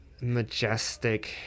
majestic